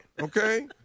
Okay